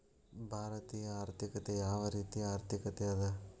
ಭಾರತೇಯ ಆರ್ಥಿಕತೆ ಯಾವ ರೇತಿಯ ಆರ್ಥಿಕತೆ ಅದ?